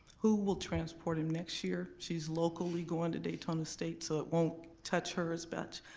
who will transport him next year? she's locally going to daytona state so it won't touch her as but